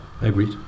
Agreed